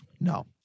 No